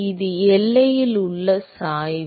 இது எல்லையில் உள்ள சாய்வு